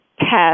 test